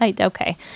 Okay